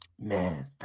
Man